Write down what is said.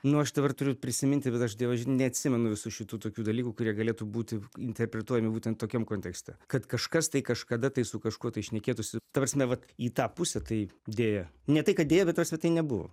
nu aš dabar turiu prisiminti bet aš dievaži neatsimenu visų šitų tokių dalykų kurie galėtų būti interpretuojami būtent tokiam kontekste kad kažkas tai kažkada tai su kažkuo tai šnekėtųsi ta prasme vat į tą pusę tai deja ne tai kad deja bet ta prasme tai nebuvo